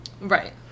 Right